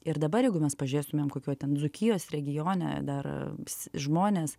ir dabar jeigu mes pažiūrėtumėm kokioj ten dzūkijos regione ane vis žmonės